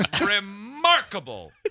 remarkable